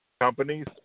companies